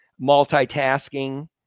Multitasking